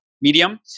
medium